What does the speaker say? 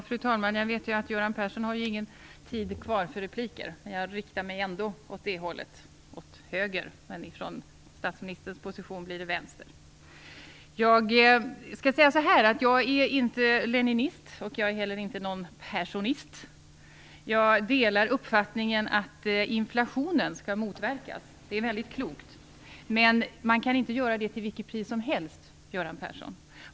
Fru talman! Jag vet att Göran Persson inte har någon tid kvar för repliker, men jag riktar mig ändå åt det hållet - åt höger, men från statsministerns position blir det vänster. Jag är inte leninist. Jag är heller inte någon perssonist. Jag delar uppfattningen att inflationen skall motverkas. Det är väldigt klokt. Men man kan inte göra det till vilket pris som helst, Göran Persson.